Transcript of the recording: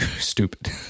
stupid